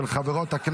של חברות הכנסת